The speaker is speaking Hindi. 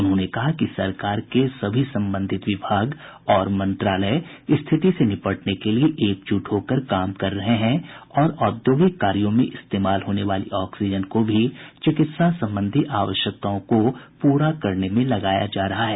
उन्होंने कहा कि सरकार के सभी संबंधित विभाग और मंत्रालय स्थिति से निपटने के लिए एकजुट होकर काम कर रहे हैं और औद्योगिक कार्यों में इस्तेमाल होने वाली ऑक्सीजन को भी चिकित्सा संबंधी आवश्यकताओं को पूरा करने में लगाया जा रहा है